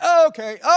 Okay